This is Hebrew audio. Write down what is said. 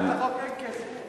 בהצעת החוק אין כסף.